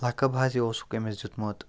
لقب ہسا اوسُکھ أمِس دِیُتمُت